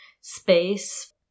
space